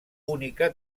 única